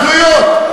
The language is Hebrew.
בשטחים, בהתנחלויות.